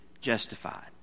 justified